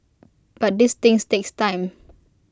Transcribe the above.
but these things takes time